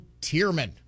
Tierman